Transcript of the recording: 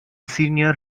senior